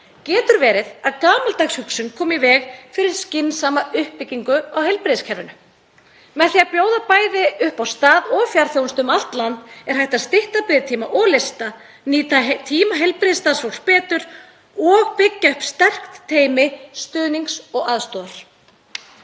Getur verið að gamaldags hugsun komi í veg fyrir skynsamlega uppbyggingu á heilbrigðiskerfinu? Með því að bjóða bæði upp á stað- og fjarþjónustu um allt land er hægt að stytta biðtíma og biðlista, nýta tíma heilbrigðisstarfsfólks betur og byggja upp sterkt teymi stuðnings og aðstoðar.